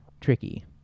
tricky